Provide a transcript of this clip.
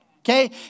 okay